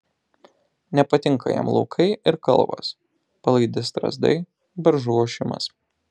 nepatinka jam laukai ir kalvos palaidi strazdai beržų ošimas